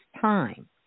time